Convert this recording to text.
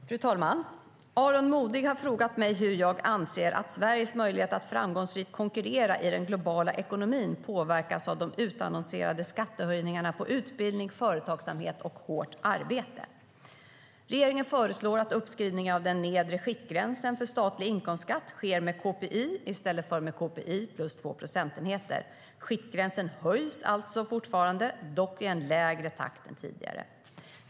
STYLEREF Kantrubrik \* MERGEFORMAT Svar på interpellationerRegeringen föreslår att uppskrivningen av den nedre skiktgränsen för statlig inkomstskatt sker med KPI i stället för med KPI plus 2 procentenheter. Skiktgränsen höjs alltså fortfarande, dock i en lägre takt än tidigare.